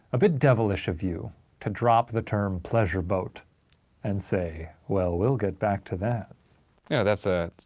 a bit devilish of you to drop the term pleasure boat and say, well, we'll get back to that. oh that's a